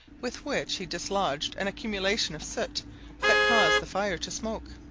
with which he dislodged an accumulation of soot that caused the fire to smoke.